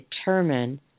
determine